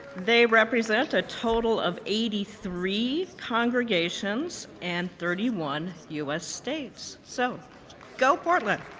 they represent a total of eighty three congregations and thirty one u s. states. so go, portland.